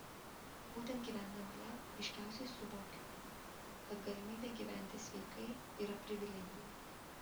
būtent gyvendama jav aiškiausiai suvokiau kad galimybė gyventi sveikai yra privilegija